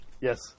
Yes